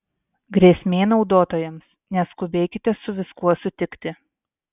grėsmė naudotojams neskubėkite su viskuo sutikti